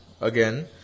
again